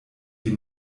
die